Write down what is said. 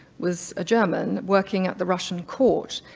was a german working at the russian court,